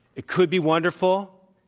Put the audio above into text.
it could be wonderful.